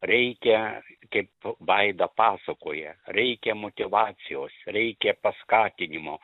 reikia kaip vaida pasakoja reikia motyvacijos reikia paskatinimo